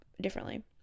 differently